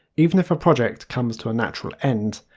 even if a project comes to a natural end,